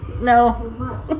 No